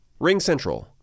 RingCentral